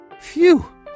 Phew